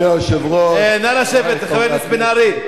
נא לשבת, חבר הכנסת בן-ארי.